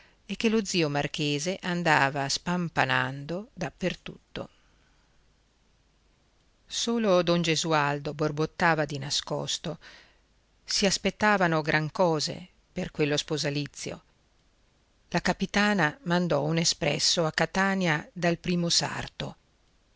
e che lo zio marchese andava spampanando da per tutto solo don gesualdo borbottava di nascosto si aspettavano gran cose per quello sposalizio la capitana mandò un espresso a catania dal primo sarto